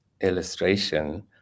illustration